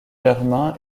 germain